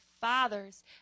fathers